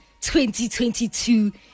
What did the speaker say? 2022